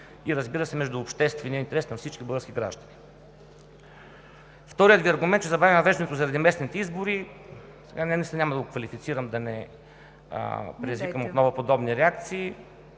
и, разбира се, между обществения интерес на всички български граждани. Вторият Ви аргумент, че забавяме въвеждането заради местните избори – сега няма да го квалифицирам, да не предизвикам отново подобни реакции